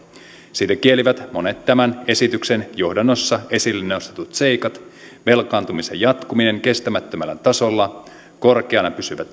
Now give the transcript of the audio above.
siitä kielivät monet tämän esityksen johdannossa esille nostetut seikat velkaantumisen jatkuminen kestämättömällä tasolla korkeana pysyvä